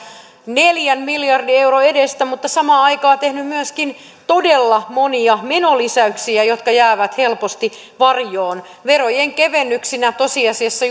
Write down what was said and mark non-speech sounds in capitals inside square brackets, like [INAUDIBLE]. neljän miljardin euron edestä mutta samaan aikaan tehnyt myöskin todella monia menolisäyksiä jotka jäävät helposti varjoon verojen kevennyksinä tosiasiassa [UNINTELLIGIBLE]